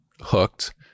hooked